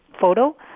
photo